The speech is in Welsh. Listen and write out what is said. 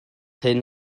hyn